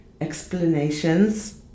explanations